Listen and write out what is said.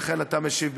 ולכן אתה משיב במקומו.